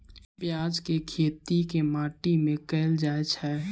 प्याज केँ खेती केँ माटि मे कैल जाएँ छैय?